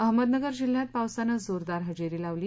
अहमदनगर जिल्ह्यात पावसानं जोरदार हजेरी लावली